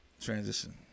Transition